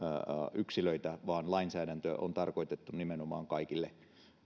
yksilöitä vaan lainsäädäntö on tarkoitettu nimenomaan kaikille